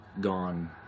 gone